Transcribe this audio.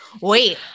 wait